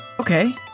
Okay